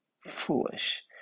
foolish